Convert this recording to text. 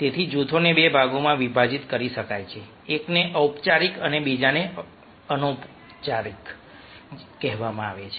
તેથી જૂથોને 2 ભાગોમાં વિભાજિત કરી શકાય છે એકને ઔપચારિક અને બીજાને અનૌપચારિક કહેવામાં આવે છે